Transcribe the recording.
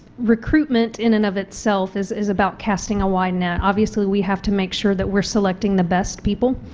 recruitment in and of itself is is about casting a wide net. obviously we have to make sure that we are selecting the best people